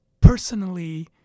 personally